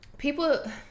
People